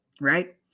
right